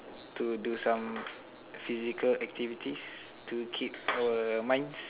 to do some physical activities to keep our minds